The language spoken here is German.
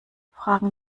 fragen